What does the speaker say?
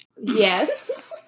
Yes